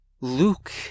Luke